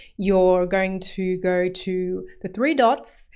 you're going to go to the three dots,